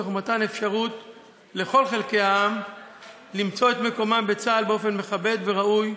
תוך מתן אפשרות לכל חלקי העם למצוא את מקומם בצה"ל באופן מכבד וראוי,